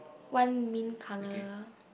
one mint colour